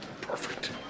Perfect